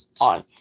on